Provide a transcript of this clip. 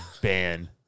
ban